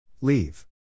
Leave